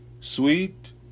Sweet